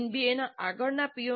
એનબીએના આગળના પી